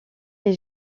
est